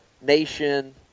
nation